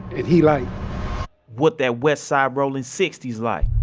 and he like what that west side rollin sixty s like?